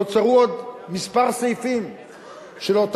נוצרו עוד כמה סעיפים,